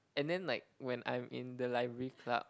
and then like when I'm in the library club